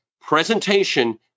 Presentation